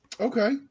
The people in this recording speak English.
Okay